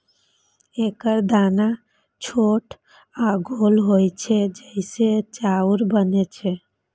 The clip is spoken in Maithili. एकर दाना छोट आ गोल होइ छै, जइसे चाउर बनै छै